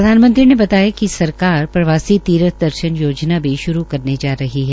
प्रधानमंत्री ने बताया कि सरकार प्रवासी तीर्थ दर्शन योजना भी श्रू करने जा रही है